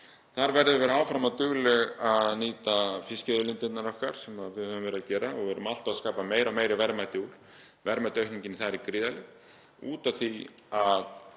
Þar verðum við að vera áfram dugleg að nýta fiskiauðlindirnar okkar sem við höfum verið að gera og við erum alltaf að skapa meiri og meiri verðmæti úr. Verðmætaaukningin þar er gríðarleg af því að